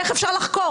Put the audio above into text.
איך אפשר לחקור?